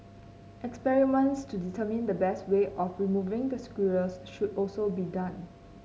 experiments to determine the best way of removing the squirrels should also be done